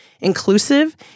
inclusive